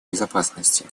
безопасности